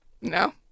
No